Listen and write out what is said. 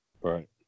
Right